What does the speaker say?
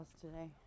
today